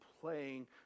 playing